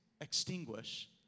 extinguish